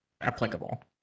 applicable